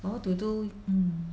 ah what to do mm